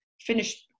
finished